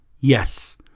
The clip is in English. Yes